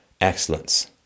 excellence